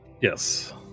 Yes